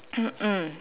mm